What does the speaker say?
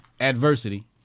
Adversity